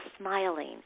smiling